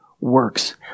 Works